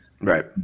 Right